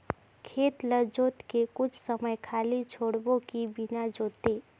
खेत ल जोत के कुछ समय खाली छोड़बो कि बिना जोते?